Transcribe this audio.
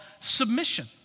submission